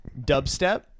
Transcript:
dubstep